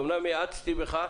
אומנם האצתי בך.